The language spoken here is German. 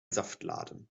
saftladen